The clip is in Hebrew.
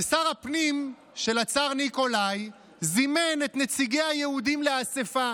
ושר הפנים של הצאר ניקולאי זימן את נציגי היהודים לאספה